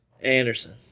Anderson